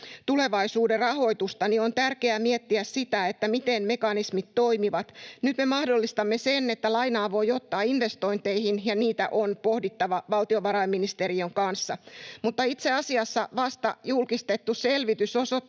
tulevaisuuden rahoitusta, niin on tärkeää miettiä sitä, miten mekanismit toimivat. Nyt me mahdollistamme sen, että lainaa voi ottaa investointeihin, ja niitä on pohdittava valtiovarainministeriön kanssa. Mutta itse asiassa vasta julkistettu selvitys osoittaa,